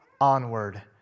onward